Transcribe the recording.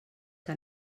que